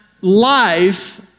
life